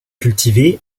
cultivé